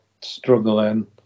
struggling